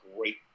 great